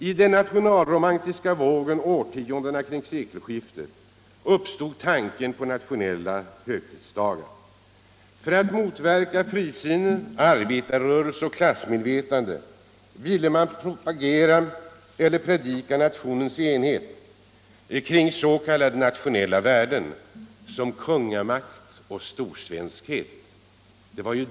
I den nationalromantiska vågen årtiondena kring sekelskiftet uppstod tanken på nationella högtidsdagar. För att motverka frisinne, arbetarrörelse och klassmedvetenhet ville man predika nationens enhet kring s.k. nationella värden såsom kungamakt och storsvenskhet.